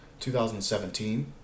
2017